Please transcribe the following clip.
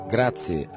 Grazie